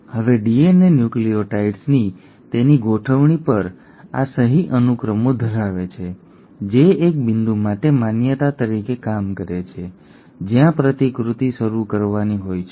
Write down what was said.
હવે ડીએનએ ન્યુક્લિઓટાઇડ્સની તેની ગોઠવણી પર આ સહી અનુક્રમો ધરાવે છે જે એક બિંદુ માટે માન્યતા તરીકે કામ કરે છે જ્યાં પ્રતિકૃતિ શરૂ કરવાની હોય છે